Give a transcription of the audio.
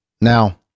Now